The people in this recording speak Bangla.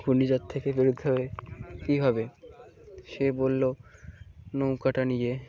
ঘূর্ণিঝড় থেকে বেরোতে হবে কী ভাবে সে বলল নৌকাটা নিয়ে